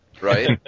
right